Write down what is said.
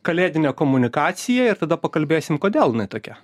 kalėdinė komunikacija ir tada pakalbėsim kodėl jinai tokia